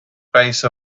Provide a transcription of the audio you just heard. base